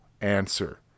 answer